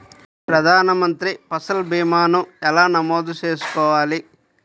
ప్రధాన మంత్రి పసల్ భీమాను ఎలా నమోదు చేసుకోవాలి?